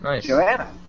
Joanna